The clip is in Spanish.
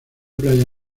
playa